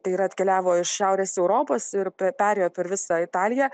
tai yra atkeliavo iš šiaurės europos ir pe perėjo per visą italiją